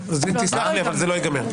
תסלח לי, אבל זה לא ייגמר.